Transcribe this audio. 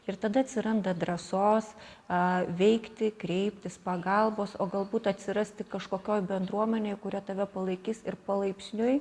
ir tada atsiranda drąsos a veikti kreiptis pagalbos o galbūt atsirasti kažkokioj bendruomenėj kurie tave palaikys ir palaipsniui